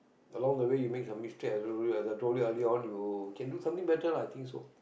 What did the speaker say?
along the way you make some mistake I told you as I told you earlier on you can do something better lah I think so